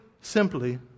simply